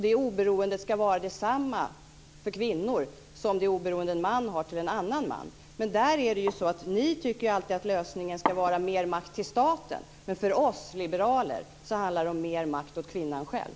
Det oberoendet för kvinnor ska vara detsamma som det oberoende som en man har till en annan man. Men ni tycker alltid att lösningen ska vara mer makt till staten. Men för oss liberaler handlar det om mer makt åt kvinnan själv.